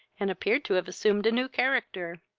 and appeared to have assumed a new character.